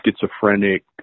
schizophrenic